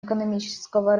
экономического